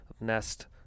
nest